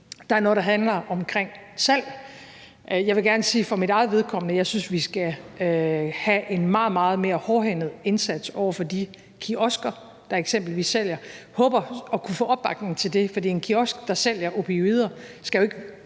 Der er noget, der handler om salg. Jeg vil gerne for mit eget vedkommende sige, at jeg synes, vi skal have en meget, meget mere hårdhændet indsats over for eksempelvis de kiosker, der sælger det. Jeg håber at kunne få opbakning til det. For en kiosk, der sælger opioider, skal jo ikke